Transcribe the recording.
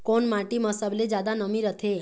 कोन माटी म सबले जादा नमी रथे?